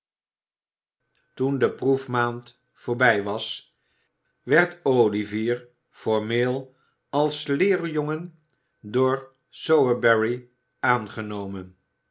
toen de proefmaand voorbij was werd olivier formeel als leerjongen door sowerberry aangenomen